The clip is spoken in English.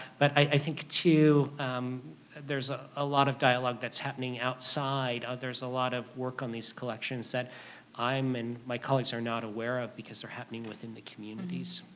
but i think too um there's ah a lot of dialogue that's happening outside. ah there's a lot of work on these collections that i'm and my colleagues are not aware of because they're happening within the communities.